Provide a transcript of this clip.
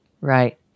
right